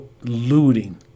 looting